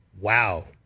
wow